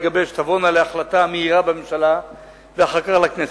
יגבש תבואנה להחלטה מהירה בממשלה ואחר כך לכנסת.